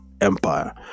empire